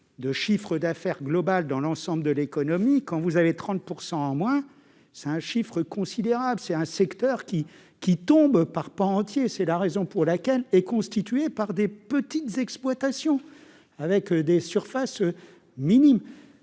de chiffre d'affaires global dans l'ensemble de l'économie. Quand vous avez 30 % en moins, c'est un chiffre considérable : c'est tout un secteur qui s'effondre par pans entiers, surtout s'il est constitué par de petites exploitations, avec des surfaces minimes.